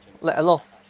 like a lot of